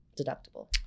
deductible